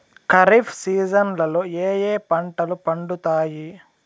ఖరీఫ్ సీజన్లలో ఏ ఏ పంటలు పండుతాయి